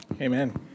Amen